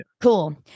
Cool